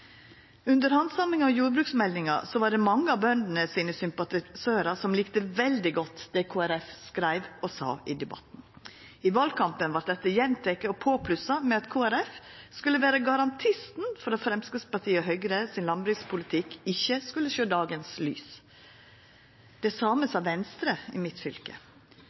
Under handsaminga av jordbruksmeldinga var det mange av sympatisørane til bøndene som likte veldig godt det Kristeleg Folkeparti skreiv og sa i debatten. I valkampen vart dette gjenteke og påplussa med at Kristeleg Folkeparti skulle vera garantisten for at Framstegspartiet og Høgres landbrukspolitikk ikkje skulle sjå dagens lys. Det same sa Venstre i mitt fylke.